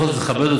בכל זאת,